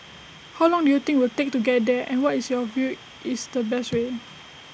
how long do you think we'll take to get there and what is your view is the best way